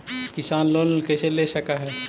किसान लोन कैसे ले सक है?